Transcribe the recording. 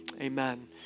Amen